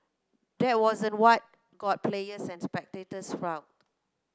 that wasn't what got players and spectators riled